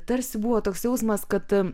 tarsi buvo toks jausmas kad